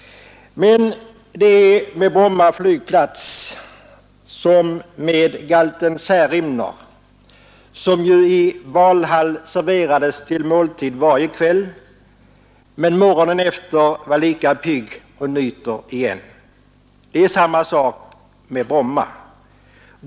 Men det är med Bromma flygplats som med galten Särimner, som ju i Valhall serverades till måltid varje kväll men morgonen efter var lika pigg och nyter igen. Det är samma sak med Bromma.